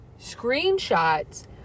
screenshots